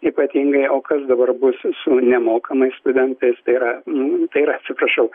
ypatingai o kas dabar bus su nemokamai studentais tai yra tai yra atsiprašau